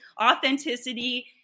authenticity